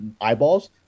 eyeballs